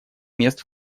мест